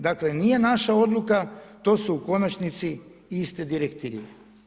Dakle, nije naša odluka, to su u konačnici iste direktive.